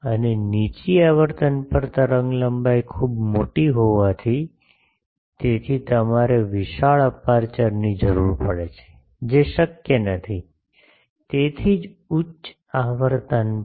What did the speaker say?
અને નીચી આવર્તન પર તરંગલંબાઇ ખૂબ મોટી હોવાથી તેથી તમારે વિશાળ અપેરચ્યોરની જરૂર પડે છે જે શક્ય નથી તેથી જ ઉચ્ચ આવર્તન પર